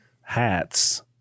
hats